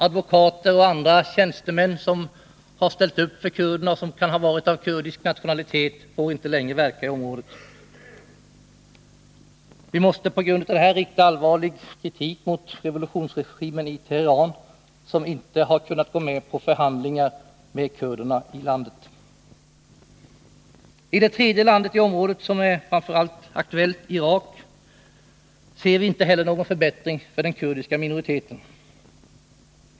Advokater och andra tjänstemän som har ställt upp för kurderna och själva kan ha varit av kurdisk nationalitet får inte längre verka i området. Vi måste på grund av detta rikta allvarlig kritik mot revolutionsregimen i Teheran, som inte har kunnat gå med på förhandlingar med kurderna i landet. I det tredje land i området som är aktuellt, Irak, kan vi inte heller se någon förbättring för den kurdiska minoriteten.